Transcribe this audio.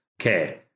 okay